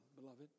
beloved